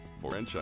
Franchise